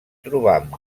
trobam